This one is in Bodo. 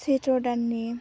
सैत्र दाननि